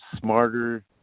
smarter